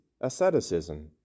asceticism